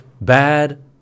Bad